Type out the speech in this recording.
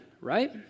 right